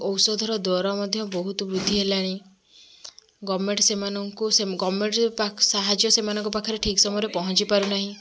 ଔଷଧର ଦର ମଧ୍ୟ ବହୁତ ବୃଦ୍ଧି ହେଲାଣି ଗର୍ମେଣ୍ଟ ସେମାନଙ୍କୁ ସେମ ଗର୍ମେଣ୍ଟରେ ପାଖ ସାହାଯ୍ୟ ସେମାନଙ୍କ ପାଖରେ ଠିକ୍ ସମୟରେ ପହଞ୍ଚି ପାରୁନାହିଁ